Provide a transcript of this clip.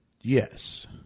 yes